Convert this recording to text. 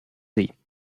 sie